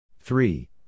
Three